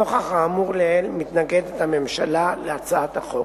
נוכח האמור לעיל, הממשלה מתנגדת להצעת החוק.